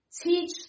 teach